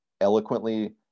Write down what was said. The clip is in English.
eloquently